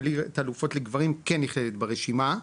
אבל ליגת אלופות לגברים כן נכללת ברשימה,